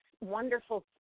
wonderful